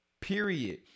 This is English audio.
period